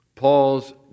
Paul's